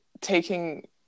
taking